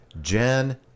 Jen